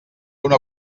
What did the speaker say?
una